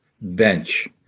bench